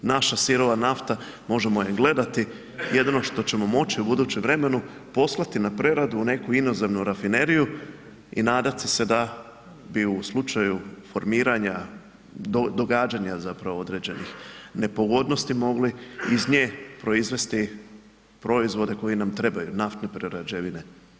Naša sirova nafta možemo je gledati jedino što ćemo moći u budućem vremenu poslati na preradu u neku inozemnu rafineriju i nadati se da bi u slučaju formiranja, događanja zapravo određenih nepogodnosti mogli iz nje proizvesti proizvode koji nam trebaju, naftne prerađevine.